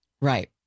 Right